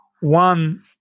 One